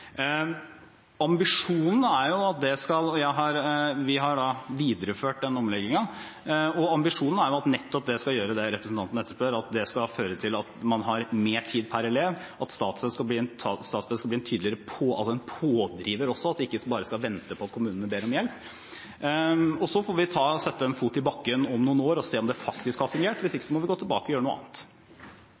Vi har videreført den omleggingen, og ambisjonen er at nettopp det skal føre til det representanten etterspør, at man har mer tid per elev, og at Statped skal bli en tydeligere pådriver også – at man ikke bare skal vente på at kommunene ber om hjelp. Så får vi sette en fot i bakken om noen år og se om det faktisk har fungert – og hvis ikke, må vi gå tilbake og gjøre noe annet.